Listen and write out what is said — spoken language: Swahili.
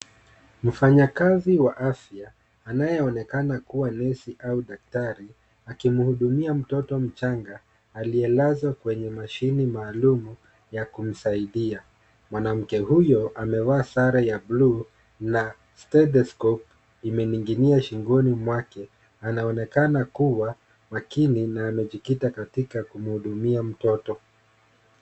Mfanyakazi wa afya anayeonekana kubwa nesi au daktari, akihudumia mtoto mchanga aliyelazwa kwenye mashini maalum ya kumsaidia. Mwanamke huyo amevaa sare ya bluu na stethescope inaning'inia shingoni mwake. Anaonekana kuwa makini na amejikita katika kumhudumia mtoto.